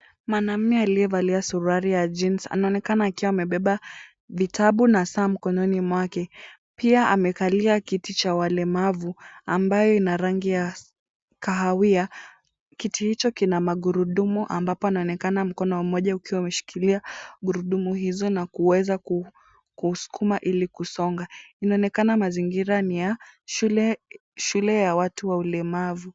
Mwanaume aliyevalia suruali ya jeans anaonekana akiwa amebeba vitabu na saa mkononi mwake. Pia amekalia kiti cha walemavu ambayo ina rangi kahawia. Kiti hicho kina magurudumu ambapo anaonekana mkono mmoja ukiwa umeshikilia gurudumu hizo na kuweza kusukuma ili kusonga. Inaonekana mazingira ni ya shule ya watu walemavu.